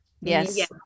Yes